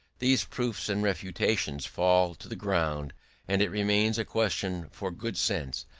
these proofs and refutations fall to the ground and it remains a question for good sense,